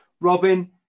Robin